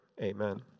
amen